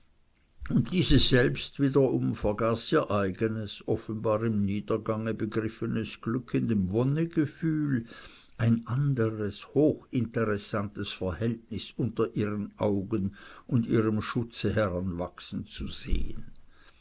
und diese selbst wiederum vergaß ihr eigenes offenbar im niedergange begriffenes glück in dem wonnegefühl ein anderes hochinteressantes verhältnis unter ihren augen und ihrem schutze heranwachsen zu sehen